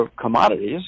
commodities